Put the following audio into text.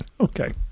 Okay